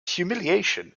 humiliation